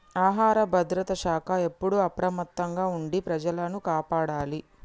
ఆహార భద్రత శాఖ ఎప్పుడు అప్రమత్తంగా ఉండి ప్రజలను కాపాడాలి